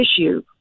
issue